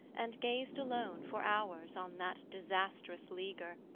and gazed alone for hours on that disastrous leaguer,